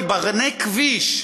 ייבנה כביש,